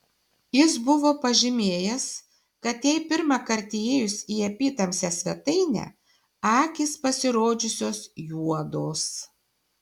jis buvo pažymėjęs kad jai pirmąkart įėjus į apytamsę svetainę akys pasirodžiusios juodos